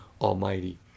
Almighty